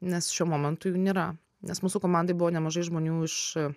nes šiuo momentu jų nėra nes mūsų komandoj buvo nemažai žmonių iš